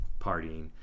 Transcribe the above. partying